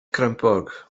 crempog